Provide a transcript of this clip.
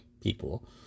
people